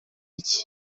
iki